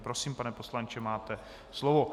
Prosím, pane poslanče máte slovo.